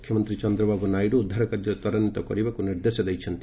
ମୁଖ୍ୟମନ୍ତ୍ରୀ ଚନ୍ଦ୍ରବାବୁ ନାଇଡୁ ଉଦ୍ଧାର କାର୍ଯ୍ୟ ତ୍ୱରାନ୍ଧିତ କରିବାକୁ ନିର୍ଦ୍ଦେଶ ଦେଇଛନ୍ତି